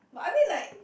but I mean like